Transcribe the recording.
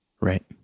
Right